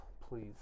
please